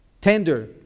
tender